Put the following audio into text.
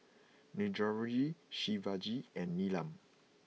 Niraj Shivaji and Neelam